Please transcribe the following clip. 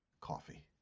coffee